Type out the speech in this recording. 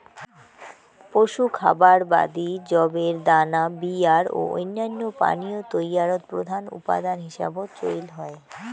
পশু খাবার বাদি যবের দানা বিয়ার ও অইন্যান্য পানীয় তৈয়ারত প্রধান উপাদান হিসাবত চইল হয়